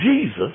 Jesus